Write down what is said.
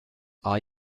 are